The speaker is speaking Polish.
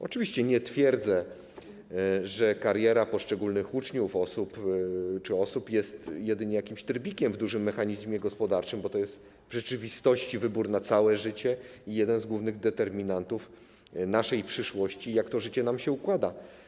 Oczywiście nie twierdzę, że kariera poszczególnych uczniów czy osób jest jedynie jakimś trybikiem w dużym mechanizmie gospodarczym, bo to jest w rzeczywistości wybór na całe życie i jeden z głównych determinantów naszej przyszłości i tego, jak to życie nam się układa.